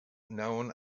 known